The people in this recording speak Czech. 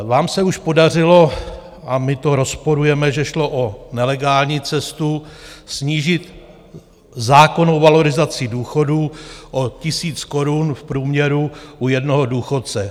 Vám se už podařilo a my to rozporujeme, že šlo o nelegální cestu snížit zákonnou valorizaci důchodů o 1 000 korun v průměru u jednoho důchodce.